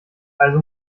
also